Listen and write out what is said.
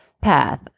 path